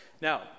Now